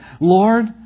Lord